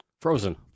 frozen